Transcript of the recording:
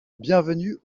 bienvenue